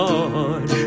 Lord